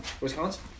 Wisconsin